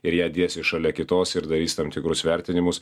ir ją dėsis šalia kitos ir darys tam tikrus vertinimus